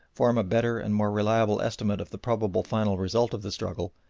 form a better and more reliable estimate of the probable final result of the struggle,